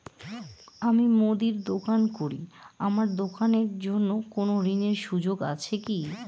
আমি মুদির দোকান করি আমার দোকানের জন্য কোন ঋণের সুযোগ আছে কি?